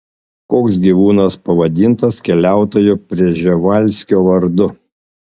koks gyvūnas pavadintas keliautojo prževalskio vardu